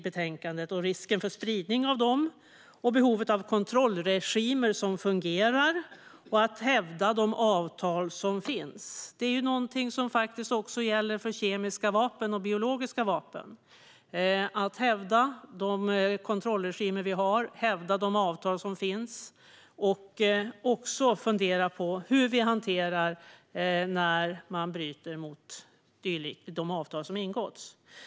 Det handlar om risken för spridning av dem, om behovet av kontrollregimer som fungerar och om att hävda de avtal som finns. Det är någonting som faktiskt också gäller för kemiska vapen och biologiska vapen. Det handlar om att hävda de kontrollregimer vi har, att hävda de avtal som finns och också att fundera på hur vi hanterar det när man bryter mot de avtal som ingåtts.